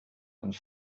and